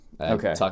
Okay